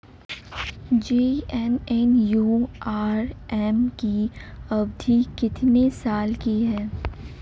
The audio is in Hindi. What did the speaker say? जे.एन.एन.यू.आर.एम की अवधि कितने साल की है?